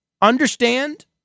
understand